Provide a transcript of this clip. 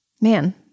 Man